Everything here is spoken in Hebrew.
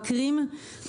מבקרים בשנה.